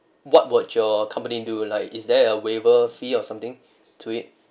what would your company do like is there a waiver fee or something to it